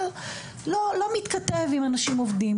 לוח השנה לא מתכתב עם אנשים עובדים,